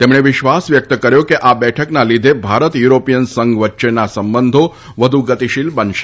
તેમણે વિશ્વાસ વ્યક્ત કર્યો હતો કે આ બેઠકના લીધે ભારત યુરોપિયન સંઘ વચ્ચેના સંબંધો વધુ ગતિશીલ બનશે